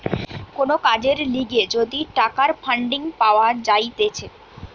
কোন কাজের লিগে যদি টাকার ফান্ডিং পাওয়া যাইতেছে